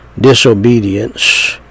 disobedience